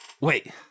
Wait